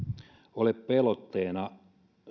ole pelotteena